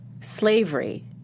slavery